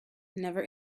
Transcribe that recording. never